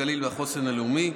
הגליל והחוסן הלאומי,